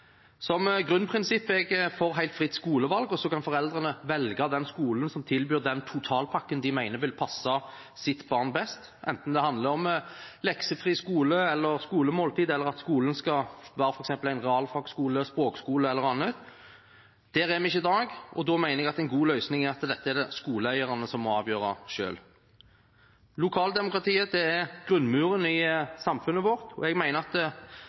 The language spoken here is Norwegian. Som grunnprinsipp er jeg for helt fritt skolevalg, så kan foreldrene velge den skolen som tilbyr den totalpakken de mener vil passe sitt barn best, enten det handler om leksefri skole, skolemåltid eller at skolen f.eks. skal være en realfagskole, språkskole eller annet. Der er vi ikke i dag. Da mener jeg en god løsning er at dette er det skoleeierne selv som må avgjøre. Lokaldemokratiet er grunnmuren i samfunnet vårt, og jeg mener at